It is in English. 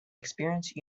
experience